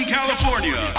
California